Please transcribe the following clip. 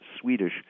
Swedish